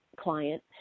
client